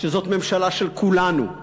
שזאת ממשלה של כולנו.